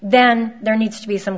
then there needs to be some